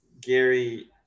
Gary –